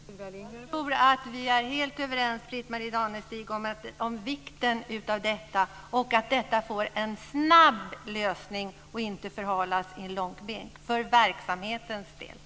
Fru talman! Jag tror att vi är helt överens, Britt Marie Danestig, om vikten av detta och att detta för verksamhetens del får en snabb lösning och inte förhalas.